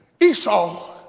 Esau